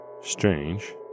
Strange